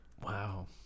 Wow